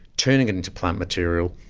turning it into plant material,